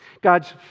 God's